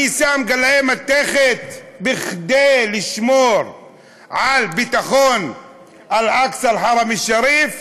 אני שם גלאי מתכת כדי לשמור על ביטחון אל-אקצא אל-חראם א-שריף.